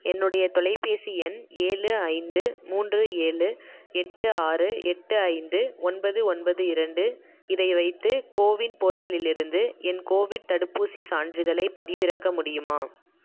என்னுடைய தொலைபேசி எண் ஏழு ஐந்து மூன்று ஏழு எட்டு ஆறு எட்டு ஐந்து ஒன்பது ஒன்பது இரண்டு இதை வைத்து கோவின் போர்ட்டலிலிருந்து என் கோவிட் தடுப்பூசிச் சான்றிதழைப் பதிவிறக்க முடியுமா